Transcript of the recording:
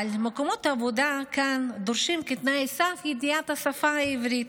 אבל מקומות העבודה כאן דורשים כתנאי סף ידיעת השפה העברית.